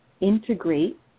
integrate